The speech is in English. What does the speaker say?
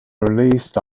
released